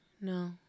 no